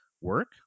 work